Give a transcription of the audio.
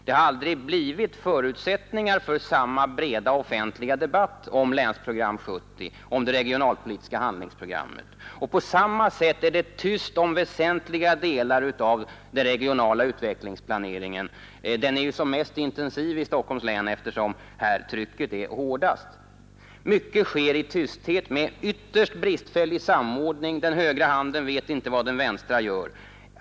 Det har aldrig blivit förutsättningar för samma breda offentliga debatt om det regionalpolitiska handlingsprogrammet. På samma sätt är det tyst om andra väsentliga delar av den regionala utvecklingsplaneringen; den är ju som mest intensiv i Stockholms län, eftersom trycket här är hårdast. Mycket sker i tysthet med ytterst bristfällig samordning. Den högra handen vet inte vad den vänstra gör.